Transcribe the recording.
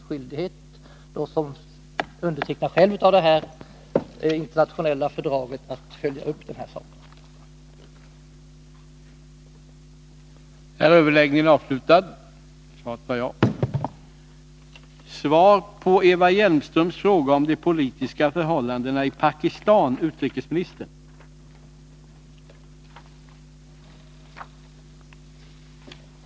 Sverige har ju undertecknat det här internationella fördraget och har därför skyldighet att följa upp saken.